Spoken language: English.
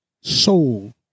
soul